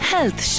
Health